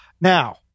Now